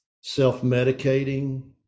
self-medicating